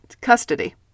custody